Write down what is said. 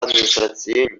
администрацийӗн